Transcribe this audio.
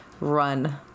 run